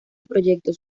proyectos